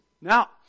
Now